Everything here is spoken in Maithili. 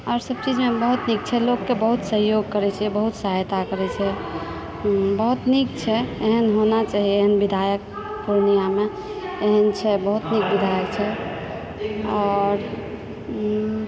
आओर सभ चीजमे बहुत नीक छै लोककेँ बहुत सहयोग करै छै बहुत सहायता करै छै बहुत नीक छै एहन होना चाहिए एहन विधायक पूर्णियामे एहन छै बहुत नीक विधायक छै आओर